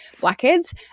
blackheads